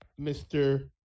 Mr